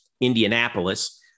Indianapolis